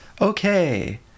okay